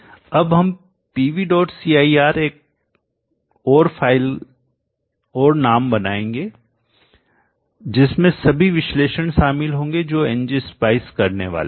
अब हम pvcir एक और फ़ाइल और नाम बनाएंगे जिसमें सभी विश्लेषण शामिल होंगे जो ng spice करने वाले हैं